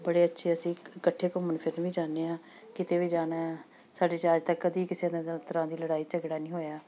ਬੜੇ ਅੱਛੇ ਅਸੀਂ ਇਕੱਠੇ ਘੁੰਮਣ ਫਿਰਨ ਵੀ ਜਾਂਦੇ ਹਾਂ ਕਿਤੇ ਵੀ ਜਾਣਾ ਸਾਡੇ 'ਚ ਅੱਜ ਤੱਕ ਕਦੀ ਕਿਸੇ ਤਕਾ ਤਰ੍ਹਾਂ ਦੀ ਲੜਾਈ ਝਗੜਾ ਨਹੀਂ ਹੋਇਆ